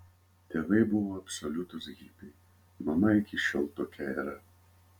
tėvai buvo absoliutūs hipiai mama iki šiol tokia yra